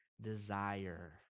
desire